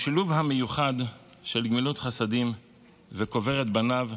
בשילוב המיוחד של גמילות חסדים ו"קובר את בניו",